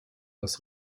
das